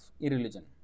irreligion